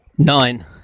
nine